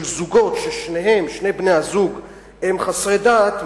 של זוגות ששני בני-הזוג הם חסרי דת,